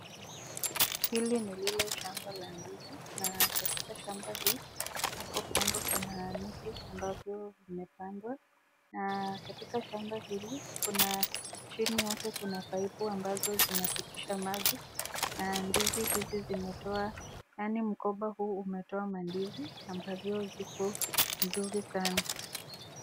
Hili ni lile shamba la ndizi na katika shamba hii hapo kando kuna miti ambavyo zimepandwa, na katika shamba hili kuna chini hapo kuna paipu ambazo zinapitisha maji na mgomba huu umetoa mandizi ambavyo ziko nzuri sana.